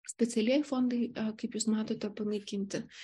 specialieji fondai kaip jūs matote panaikinti